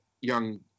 young